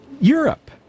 Europe